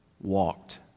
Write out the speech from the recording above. Walked